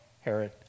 Herod